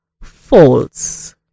false